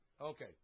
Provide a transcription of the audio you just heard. Okay